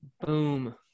boom